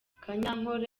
kanyankore